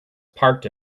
parked